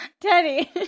Teddy